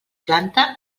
planta